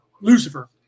Lucifer